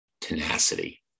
tenacity